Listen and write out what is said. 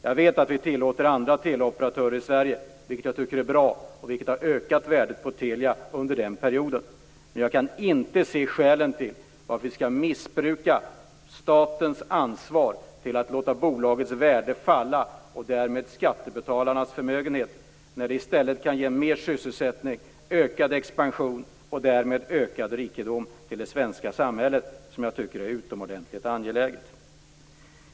Jag vet att vi tillåter andra teleoperatörer i Sverige, och det tycker jag är bra. Det har ökat Telias värde under den perioden. Men jag kan inte se några skäl till att vi skall missbruka statens ansvar till att låta bolagets värde falla och därmed skattebetalarnas förmögenhet. I stället kan bolaget ge mer sysselsättning, ökad expansion och därmed ökad rikedom till det svenska samhället, vilket jag tycker är utomordentligt angeläget.